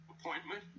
appointment